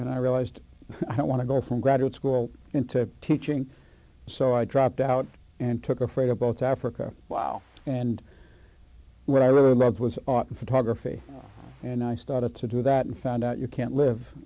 and i realized i don't want to go from graduate school in to teaching so i dropped out and took a freighter both africa wow and what i really love was photography and i started to do that and found out you can't live